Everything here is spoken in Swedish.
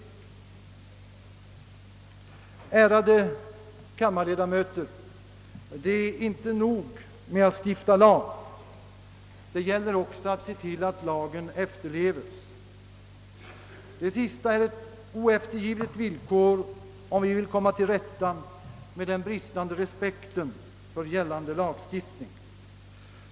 Ärade kammarledamöter! Det är inte nog att stifta lag. Det gäller också att se till att lagen efterleves. Det sistnämnda är ett oeftergivligt villkor, om vi vill komma till rätta med den bristande respekten för gällande lagstiftning.